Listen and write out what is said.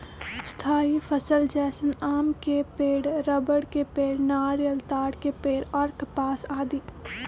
स्थायी फसल जैसन आम के पेड़, रबड़ के पेड़, नारियल, ताड़ के पेड़ और कपास आदि